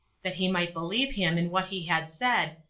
that he might believe him in what he had said,